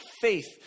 faith